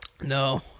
No